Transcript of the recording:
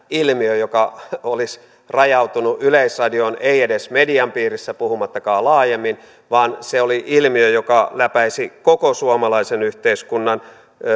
ilmiö joka olisi rajautunut yleisradioon ei edes median piirissä puhumattakaan laajemmin vaan se oli ilmiö joka läpäisi koko suomalaisen yhteiskunnan